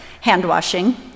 hand-washing